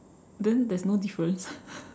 then there's no difference